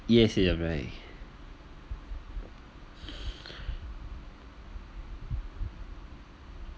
yes you are right